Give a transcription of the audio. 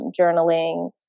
journaling